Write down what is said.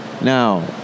now